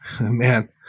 man